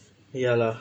ya lah